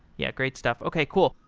yeah, great stuff. okay. cool.